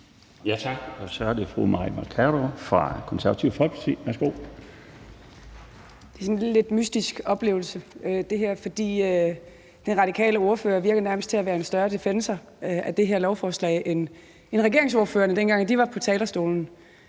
Tak. Så er det fru Mai Mercado fra Det Konservative Folkeparti. Værsgo. Kl. 20:37 Mai Mercado (KF): Det her er sådan en lidt mystisk oplevelse, fordi den radikale ordfører nærmest virker til at være en større defensor for det her lovforslag end regeringsordførerne, dengang de var på talerstolen,